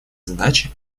задачи